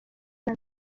gato